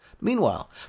Meanwhile